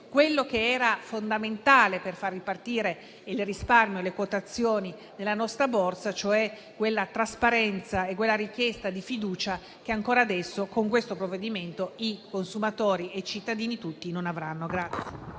ciò che era fondamentale per far ripartire il risparmio e le quotazioni nella nostra Borsa, cioè quella trasparenza e quella richiesta di fiducia che ancora adesso, con questo provvedimento, i consumatori e i cittadini tutti non avranno.